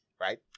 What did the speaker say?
Right